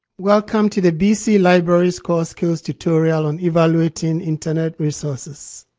welcome to the bc libraries core skills tutorial on evaluating internet resources.